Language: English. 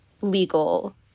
legal